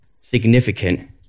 significant